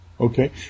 Okay